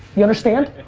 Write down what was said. you understand?